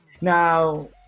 Now